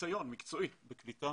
ניסיון מקצועי בקליטה